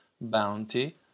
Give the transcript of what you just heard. bounty